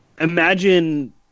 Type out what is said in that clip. imagine